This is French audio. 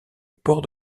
port